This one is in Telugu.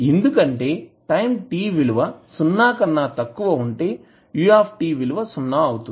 ఎందుకంటే టైం t విలువ సున్నా కన్నా తక్కువ ఉంటే u విలువ సున్నా అవుతుంది